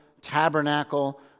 tabernacle